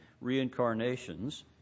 reincarnations